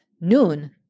noon